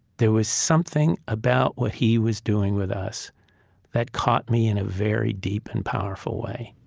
there was something about what he was doing with us that caught me in a very deep and powerful way